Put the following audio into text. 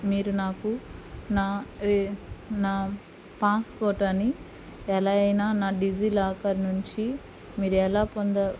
మీరు నాకు నా ఈ నా పాస్పోర్ట్ అని ఎలా అయినా నా డిజి లాకర్ నుంచి మీరు ఎలా పొంద